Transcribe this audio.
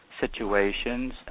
situations